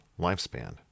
lifespan